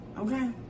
okay